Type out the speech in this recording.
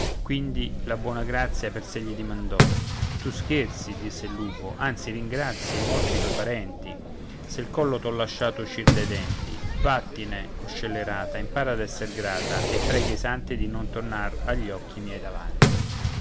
quindi la buona grazia per sé gli dimandò tu scherzi disse il lupo anzi ringrazia i morti tuoi parenti se il collo t'ho lasciato uscir dai denti vattene o scellerata impara ad esser grata e prega i santi di non tornar agli occhi miei davanti